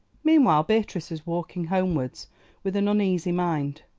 meanwhile beatrice was walking homewards with an uneasy mind.